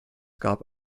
gab